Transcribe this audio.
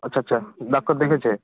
আচ্ছা আচ্ছা ডাক্তার দেখেছে